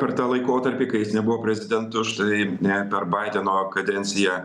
per tą laikotarpį kai jis nebuvo prezidentu štai net per baideno kadenciją